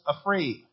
afraid